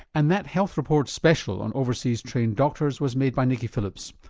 and that health report special on overseas trained doctors was made by nicky phillips.